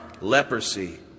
leprosy